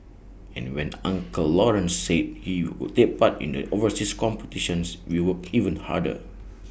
and when the uncle Lawrence said he would take part in the overseas competitions we worked even harder